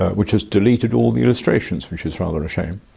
ah which has deleted all the illustrations, which is rather a shame.